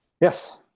Yes